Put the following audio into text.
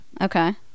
Okay